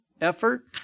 effort